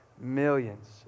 millions